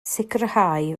sicrhau